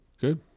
Good